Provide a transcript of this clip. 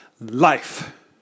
life